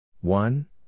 One